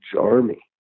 army